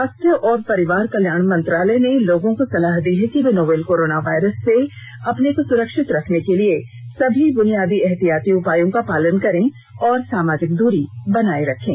स्वास्थ्य और परिवार कल्याण मंत्रालय ने लोगों को सलाह दी है कि वे नोवल कोरोना वायरस से अपने को सुरक्षित रखने के लिए सभी बुनियादी एहतियाती उपायों का पालन करें और सामाजिक दूरी बनाए रखें